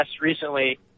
recently